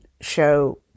show